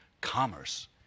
commerce